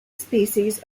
species